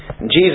Jesus